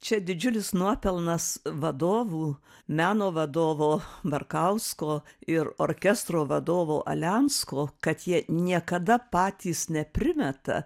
čia didžiulis nuopelnas vadovų meno vadovo barkausko ir orkestro vadovo alensko kad jie niekada patys neprimeta